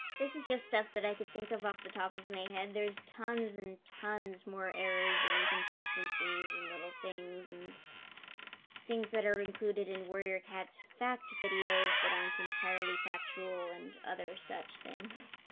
this is just stuff that i could think of off the top of my head. there's tons and tons more errors and inconsistencies and little things and things that are included in warrior cats fact videos that aren't entirely factual and other such things.